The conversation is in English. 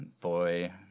boy